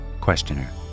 Questioner